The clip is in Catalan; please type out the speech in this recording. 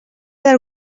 del